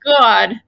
God